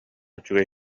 үчүгэй